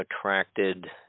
attracted